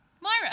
Myra